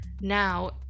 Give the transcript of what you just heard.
now